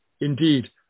indeed